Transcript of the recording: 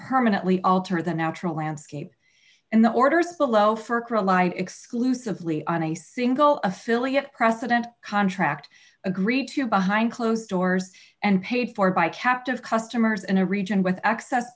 permanently alter the natural landscape in the orders below for exclusively on a single affiliate precedent contract agree to behind closed doors and paid for by captive customers in a region